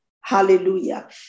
Hallelujah